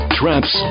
traps